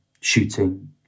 shooting